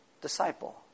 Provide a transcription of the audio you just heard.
disciple